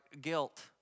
guilt